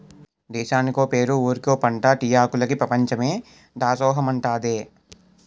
దేశానికో పేరు ఊరికో పంటా టీ ఆకులికి పెపంచమే దాసోహమంటాదే